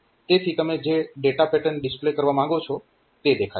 તેથી તમે જે ડેટા પેટર્ન ડિસ્પ્લે કરવા માંગો છો તે દેખાશે